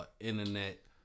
internet